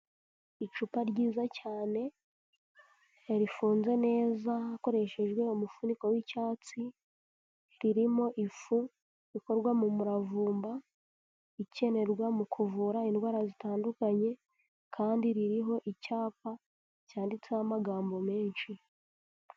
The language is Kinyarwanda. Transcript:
Icupa ryiza cyane, yaririfunze neza hakoreshejwe umufuniko w'icyatsi, ririmo ifu ikorwa mu muravumba ikenerwa mu kuvura indwara zitandukanye kandi ririho icyapa cyanditseho amagambo menshi.